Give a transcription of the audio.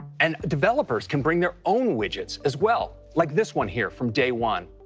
and developers can bring their own widgets as well, like this one here from day one.